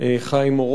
חיים אורון.